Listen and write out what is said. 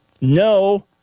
no